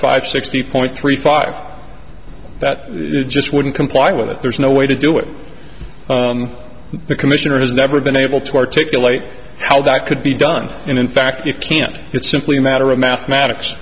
five sixty point three five that just wouldn't comply with that there's no way to do it the commissioner has never been able to articulate how that could be done and in fact you can't it's simply a matter of mathematics